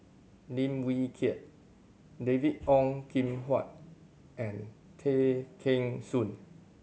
Lim Wee Kiak David Ong Kim Huat and Tay Kheng Soon